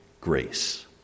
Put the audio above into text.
grace